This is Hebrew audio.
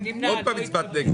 מי נמנע?